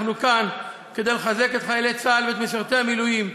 אנחנו כאן כדי לחזק את חיילי צה"ל ואת משרתי המילואים,